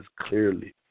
clearly